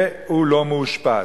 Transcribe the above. והוא לא מאושפז.